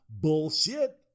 bullshit